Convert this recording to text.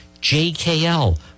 JKL